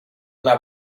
una